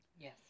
Yes